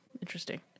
interesting